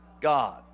God